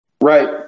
Right